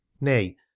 nay